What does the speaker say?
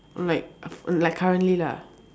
like like currently lah